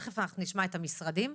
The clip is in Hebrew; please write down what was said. אתה צודק.